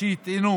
שיטענו